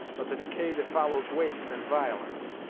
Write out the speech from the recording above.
but the decay that follows waste and violence.